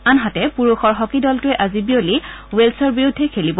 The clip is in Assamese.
আনহাতে পুৰুষৰ হকী দলটোৱে আজি বিয়লি ৱেলছৰ বিৰুদ্ধে খেলিব